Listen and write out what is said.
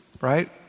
right